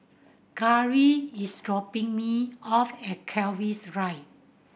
Karri is dropping me off at Keris Drive